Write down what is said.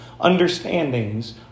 understandings